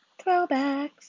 throwbacks